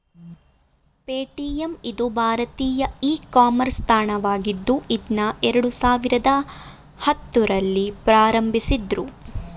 Paytm ಇದು ಭಾರತೀಯ e commerce ತಾಣವಾಗಿದ್ದು ಇದ್ನಾ ಎರಡು ಸಾವಿರದ ಹತ್ತುರಲ್ಲಿ ಪ್ರಾರಂಭಿಸಿದ್ದ್ರು